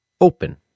open